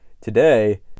Today